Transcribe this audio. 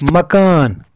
مکان